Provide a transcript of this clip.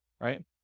right